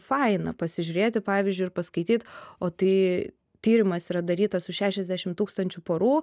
faina pasižiūrėti pavyzdžiui ir paskaityt o tai tyrimas yra darytas su šešiasdešim tūkstančių porų